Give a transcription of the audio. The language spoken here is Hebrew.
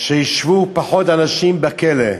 שישבו פחות אנשים בכלא,